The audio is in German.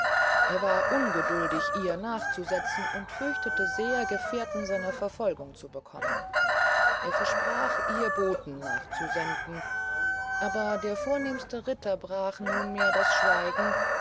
er war ungeduldig ihr nachzusetzen und fürchtete sehr gefährten seiner verfolgung zu bekommen er versprach ihr boten nachzusenden aber der vornehmste ritter brach nunmehr das schweigen